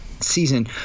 Season